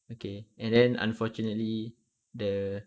okay and then unfortunately the